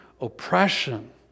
oppression